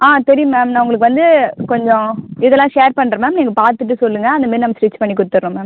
ஆ தெரியும் மேம் நான் உங்களுக்கு வந்து கொஞ்சம் இதலாம் ஷேர் பண்ணுறேன் மேம் நீங்கள் பார்த்துட்டு சொல்லுங்கள் அந்தமாரி நாங்கள் ஸ்டிச் பண்ணி கொடுத்துட்றோம் மேம்